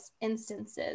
instances